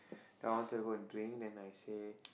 I wanted to go and drink then I say